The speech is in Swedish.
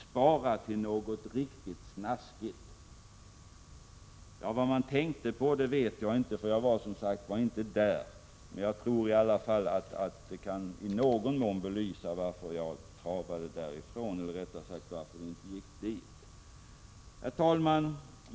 Spara till något riktigt snaskigt.” Vad man tänkte på vet jag inte, för jag var som sagt inte där. Men jag tror i alla fall att detta i någon mån kan belysa varför vi travade därifrån — eller rättare sagt varför vi inte gick dit. Herr talman!